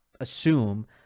assume